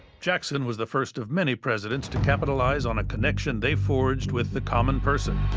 jackson was the first of many presidents to capitalize on a connection they forged with the common person